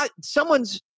someone's